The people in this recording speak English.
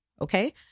Okay